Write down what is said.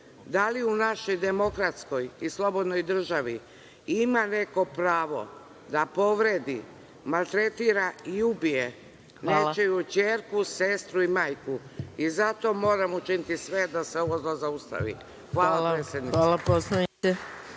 da li u našoj demokratskoj i slobodnoj državi ima neko pravo da povredi, maltretira i ubije nečiju ćerku, sestru i majku? Zato moramo učiniti sve da se ovo zlo zaustavi. Hvala.